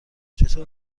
چطور